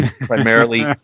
primarily